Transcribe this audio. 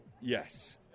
Yes